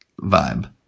vibe